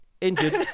Injured